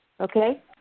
okay